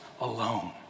alone